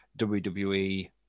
wwe